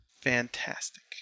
Fantastic